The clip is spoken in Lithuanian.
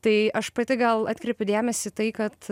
tai aš pati gal atkreipiu dėmesį tai kad